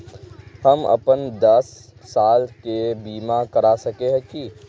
हम अपन दस साल के बीमा करा सके है की?